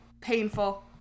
Painful